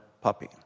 puppy